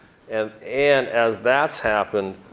and and as that's happened,